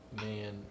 man